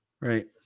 right